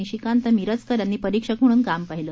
निशिकांत मिरजकर यांनी परीक्षक म्हणून काम पाहिले